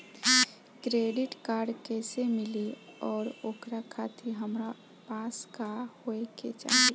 Credit card कैसे मिली और ओकरा खातिर हमरा पास का होए के चाहि?